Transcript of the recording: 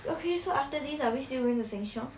okay so after this are we still going to Sheng Siong